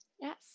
Yes